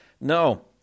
no